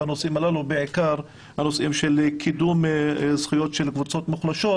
בעיקר בנושאים של קידום זכויות של קבוצות מוחלשות,